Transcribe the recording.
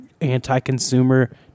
anti-consumer